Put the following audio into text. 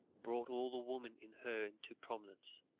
brought all the woman in her into prominence